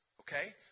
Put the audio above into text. Okay